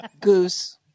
Goose